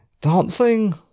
dancing